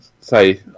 Say